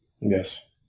Yes